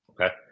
Okay